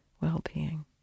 well-being